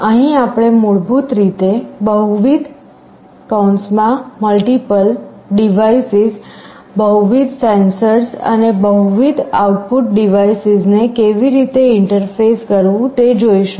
અહીં આપણે મૂળભૂત રીતે બહુવિધ ડિવાઇસીસ બહુવિધ સેન્સર્સ અને બહુવિધ આઉટપુટ ડિવાઇસીસ ને કેવી રીતે ઇંટરફેસ કરવું તે જોઈશું